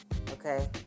okay